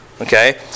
okay